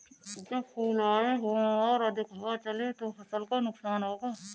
जब फूल आए हों और अधिक हवा चले तो फसल को नुकसान होगा?